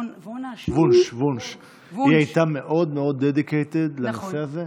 וונש, היא הייתה מאוד מאוד dedicated לנושא הזה.